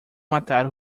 matar